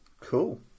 Cool